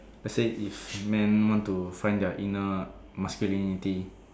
let's say is man want to find their inner masculinity